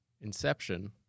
Inception